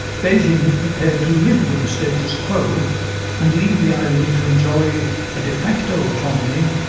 beijing is prepared to live with the status quo and leave the island to enjoy a de facto autonomy,